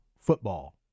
football